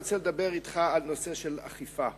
עכשיו אני רוצה לדבר אתך על נושא האכיפה.